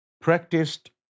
practiced